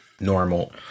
normal